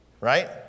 right